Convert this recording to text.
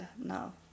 now